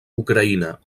ucraïna